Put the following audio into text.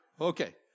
Okay